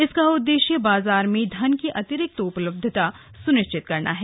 इसका उद्देश्य बाजार में धन की अतिरिक्त उपलब्धता सुनिश्चित करना है